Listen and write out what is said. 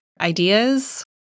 ideas